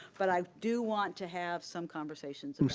but i do want to have some conversations and